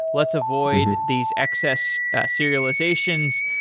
let's avoid these excess serializations.